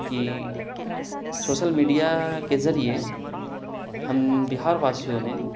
کہ social media کے ذریعے ہم بہار واسیوں نے